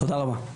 תודה רבה.